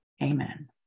amen